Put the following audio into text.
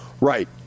Right